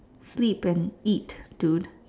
sleep and eat dude